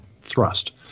thrust